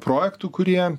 projektų kurie